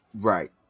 Right